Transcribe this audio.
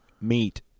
meet